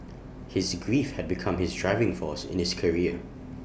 his grief had become his driving force in his career